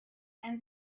and